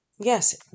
Yes